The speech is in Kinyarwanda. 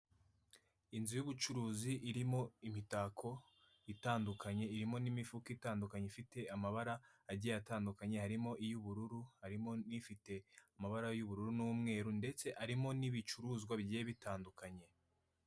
Inzu y'ubucuruzi irimo imitako itandukanye irimo n'imifuka itandukanye ifite amabara agiye atandukanye harimo iy'ubururu harimo n'ifite amabara y'ubururu n'umweru ndetse harimo n'ibicuruzwa bigiye bitandukanye.